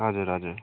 हजुर हजुर